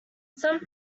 some